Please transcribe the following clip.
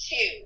two